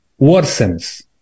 worsens